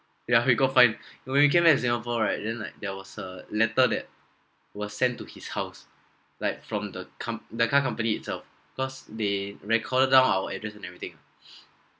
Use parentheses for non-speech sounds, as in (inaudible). yeah we go find (breath) when we came back to singapore right there was a letter that was sent to his house like from the com the car company itself cause they recorded down our address and everything